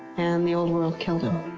and the whole world killed him.